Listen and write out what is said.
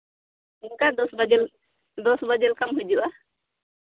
ᱚᱱᱠᱟ ᱫᱚᱥ ᱵᱟᱡᱮ ᱞᱮᱠᱟ ᱫᱚᱥ ᱵᱟᱡᱮ ᱞᱮᱠᱟᱢ ᱦᱤᱡᱩᱜᱼᱟ